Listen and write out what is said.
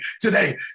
today